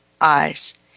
eyes